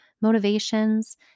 motivations